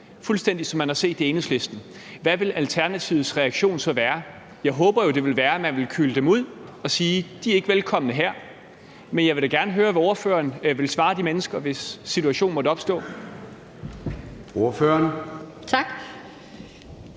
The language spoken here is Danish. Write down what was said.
fuldstændig som man har set det i Enhedslisten, hvad ville Alternativets reaktion så være? Jeg håber jo, det ville være, at man ville kyle dem ud og sige, at de ikke var velkomne. Men jeg vil da gerne høre, hvad ordføreren ville svare de mennesker, hvis situation måtte opstå.